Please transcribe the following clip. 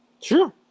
Sure